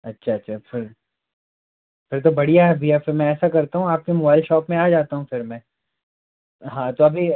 अच्छा अच्छा फिर फिर तो बढ़िया है भैया फिर मैं ऐसा करता हूँ आपके मुबैल शौप में आ जाता हूँ फिर मैं हाँ तो अभी